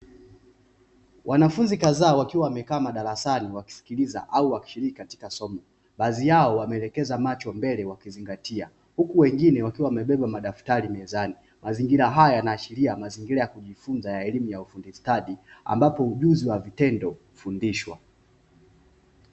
Wanafunzi kadhaa wakiwa wamekaa madarasani wakisikiliza au wakishiriki katika somo, baadhi yao wameelekeza macho mbele wakizingatia huku, wengine wakiwa wamebeba madaftari mezani; Mazingira haya yanaashiria mazingira ya kujifunza ya elimu ya ufundi stadi ambapo ujuzi wa vitendo hufundishwa.